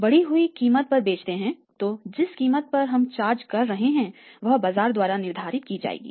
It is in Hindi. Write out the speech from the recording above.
बढ़ी हुई कीमत पर बेचते है तो जिस कीमत पर हम चार्ज कर रहे हैं वह बाजार द्वारा निर्धारित की जाएगी